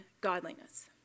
godliness